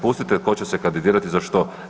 Pustite tko će se kandidirati za što.